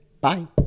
Bye